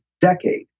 decade